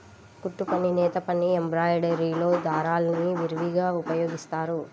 కుట్టుపని, నేతపని, ఎంబ్రాయిడరీలో దారాల్ని విరివిగా ఉపయోగిస్తారు